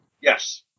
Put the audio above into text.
Yes